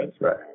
right